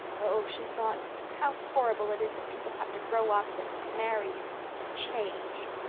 oh, she thought, how horrible it is that people have to grow up and marry and change!